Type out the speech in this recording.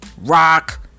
rock